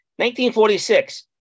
1946